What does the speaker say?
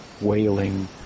wailing